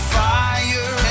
fire